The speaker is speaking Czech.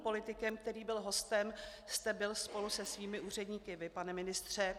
Politikem, který byl hostem, jste byl spolu se svými úředníky vy, pane ministře.